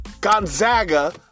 Gonzaga